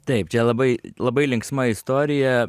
taip čia labai labai linksma istorija